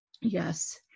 Yes